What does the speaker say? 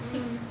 mm